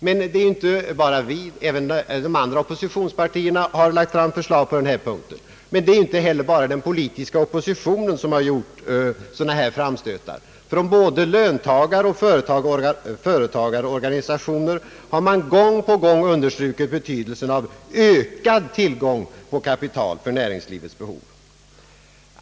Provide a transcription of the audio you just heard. Och det är inte bara vi som fört fram sådana förslag, utan även de andra oppositionspartierna. Sådana framstötar har inte heller gjorts bara av den politiska oppositionen — både löntagaroch företagarorganisationer har gång på gång understrukit betydelsen av ökad tillgång på kapital för näringslivets behov.